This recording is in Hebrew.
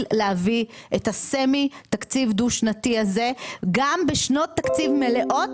להביא את הסמי תקציב דו שנתי הזה גם בשנות תקציב מלאות,